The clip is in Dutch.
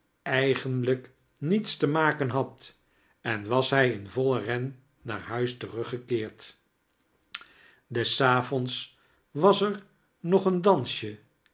eigenlijk nietis te maken had en was hij in vollen ren naar huis teruggekeerd des avonds was er nog eeh dansje